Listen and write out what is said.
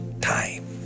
time